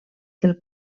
del